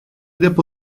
depo